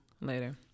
later